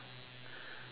oh yeah